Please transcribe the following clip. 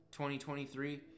2023